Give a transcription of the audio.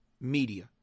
Media